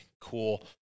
cool